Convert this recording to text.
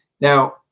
Now